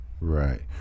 Right